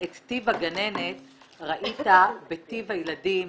את טיב הגננת ראית בטיב הילדים,